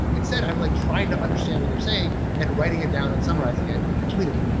instead i'm like trying to understand what they're saying and writing it down and summarizing it and tweeting it,